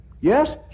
Yes